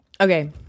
Okay